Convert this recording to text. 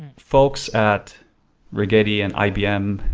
folks at rigetti and ibm,